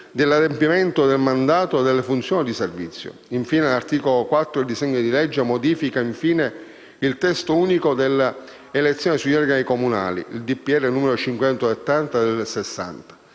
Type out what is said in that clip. dell'adempimento del mandato, delle funzioni o del servizio. Infine, l'articolo 4 del disegno di legge modifica il testo unico sulle elezioni degli organi comunali (il decreto del